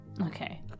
Okay